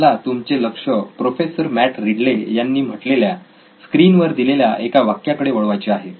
मला तुमचे लक्ष प्रोफेसर मॅट रिडले यांनी म्हटलेल्या स्क्रीन वर दिलेल्या एका वाक्याकडे वळवायचे आहे